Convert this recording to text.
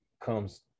comes –